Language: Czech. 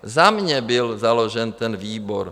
Za mě byl založen ten výbor.